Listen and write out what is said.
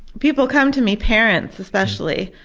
people come to me, parents especially,